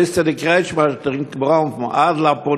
"ביז צו דער קרעטשמע דארף מן דוך א טרינק אויף ברונפן" עד לפונדק,